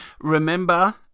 Remember